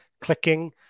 clicking